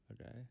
Okay